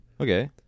Okay